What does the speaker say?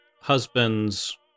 husband's